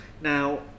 Now